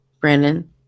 Brandon